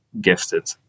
gifted